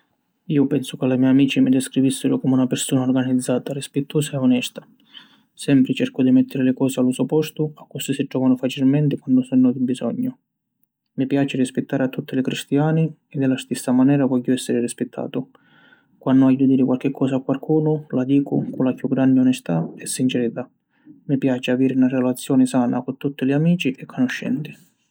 Iu pensu ca li me amici mi descrivissiru comu na pirsuna organizzata, rispittusa e onesta. Sempri cercu di mettiri li cosi a lu so postu accussì si trovanu facilmenti quannu sunnu di bisognu. Mi piaci rispittari a tutti li cristiani e di la stissa manera vogghiu essiri rispittatu. Quannu haiu di diri quarchi cosa a quarcunu, la dicu cu la chiù granni onestà e sincerità. Mi piaci aviri na relazioni sana cu tutti li amici e canuscenti.